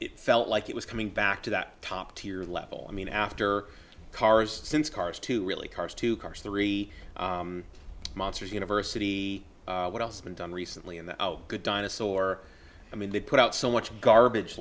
it felt like it was coming back to that top tier level i mean after cars since cars two really cars two cars three monsters university what else been done recently in the good dinosaur i mean they put out so much garbage